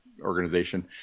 organization